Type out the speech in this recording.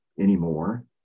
anymore